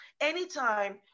Anytime